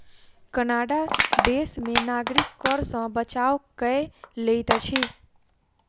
Canada देश में नागरिक कर सॅ बचाव कय लैत अछि